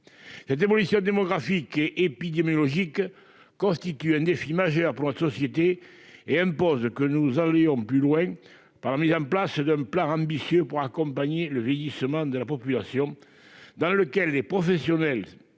Cette évolution démographique et épidémiologique constitue un défi majeur pour notre société et impose que nous allions plus loin par la mise en place d'un plan ambitieux pour accompagner le vieillissement de la population, domaine dans lequel les professionnels